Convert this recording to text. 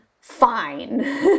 fine